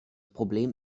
problem